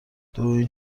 دومین